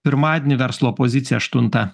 pirmadienį verslo pozicija aštuntą